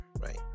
right